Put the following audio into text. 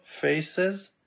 faces